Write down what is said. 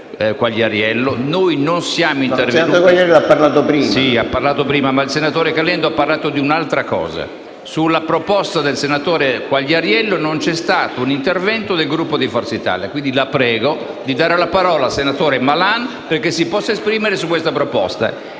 *(FI-PdL XVII)*. Sì, ha parlato prima. Ma il senatore Caliendo ha parlato di un'altra cosa. Sulla proposta del senatore Quagliariello non c'è stato un intervento del Gruppo di Forza Italia. Quindi la prego di dare la parola al senatore Malan, perché si possa esprimere su questa proposta.